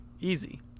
easy